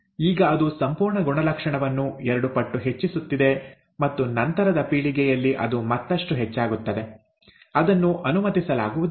ಈಗ ಅದು ಸಂಪೂರ್ಣ ಗುಣಲಕ್ಷಣವನ್ನು ಎರಡು ಪಟ್ಟು ಹೆಚ್ಚಿಸುತ್ತಿದೆ ಮತ್ತು ನಂತರದ ಪೀಳಿಗೆಯಲ್ಲಿ ಅದು ಮತ್ತಷ್ಟು ಹೆಚ್ಚಾಗುತ್ತದೆ ಅದನ್ನು ಅನುಮತಿಸಲಾಗುವುದಿಲ್ಲ